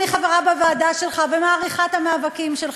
אני חברה בוועדה שלך ומעריכה את המאבקים שלך,